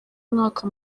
mwaka